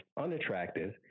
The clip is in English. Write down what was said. unattractive